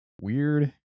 weird